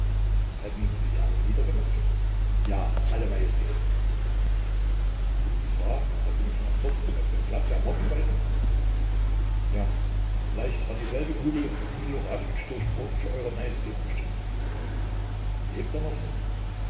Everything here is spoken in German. hätten sie alle niedergemetzelt ja alle majestät ist es wahr daß sie mich noch dort auf dem platze ermorden wollten ja vielleicht war dieselbe kugel die miloradowitsch durchbohrte für eure majestät bestimmt lebt er noch